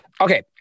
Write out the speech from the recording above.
Okay